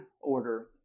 order